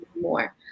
more